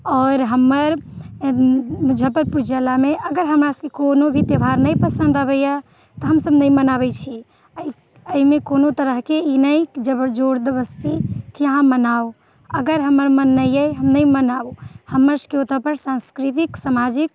आओर हमर मुजफ्फरपुर जिलामे अगर हमरा सभके कोनो भी त्यौहार नहि पसन्द अबैया तऽ हमसभ नहि मनाबै छी एहि एहि मे कोनो तरह के ई नहि जबर जोर जबरदस्ती कि अहाॅं मनाउ अगर हमर मन नहि अछि हम नहि मनाउ हमर सभके ओतऽ पर संस्कृतिक सामाजिक